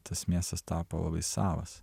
tas miestas tapo labai savas